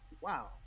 wow